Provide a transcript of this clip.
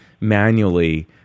manually